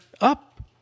up